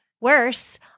Worse